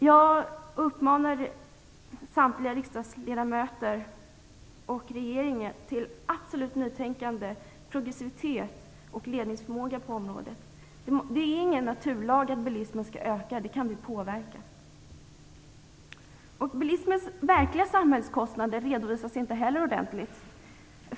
Jag uppmanar samtliga riksdagsledamöter och regeringen till absolut nytänkande, progressivitet och ledningsförmåga på området. Det är ingen naturlag att bilismen skall öka - det kan vi påverka. Bilismens verkliga samhällskostnader redovisas inte ordentligt.